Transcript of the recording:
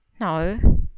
No